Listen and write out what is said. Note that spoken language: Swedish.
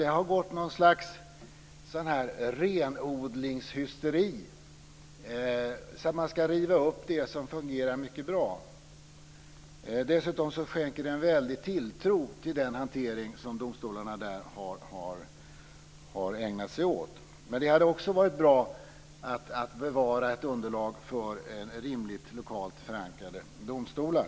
Det har blivit något slags renodlingshysteri, så att man ska riva upp det som fungerar mycket bra. Dessutom skänker det en väldig tilltro till den hantering som domstolarna där har ägnat sig åt. Men det hade också varit bra att bevara ett underlag för rimligt lokalt förankrade domstolar.